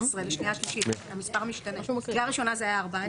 אני רוצה להקריא